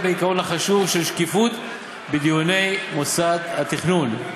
לעיקרון החשוב של שקיפות בדיוני מוסד התכנון.